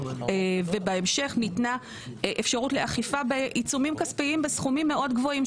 בהמשך ניתנה אפשרות לאכיפה בעיצומים כספיים בסכומים מאוד גבוהים,